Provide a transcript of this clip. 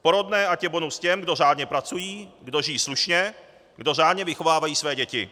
Porodné ať je bonus těm, kdo řádně pracují, kdo žijí slušně, kdo řádně vychovávají své děti.